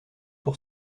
pour